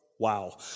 Wow